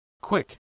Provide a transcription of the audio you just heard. quick